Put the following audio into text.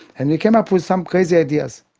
and we came up with some crazy ideas.